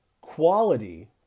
quality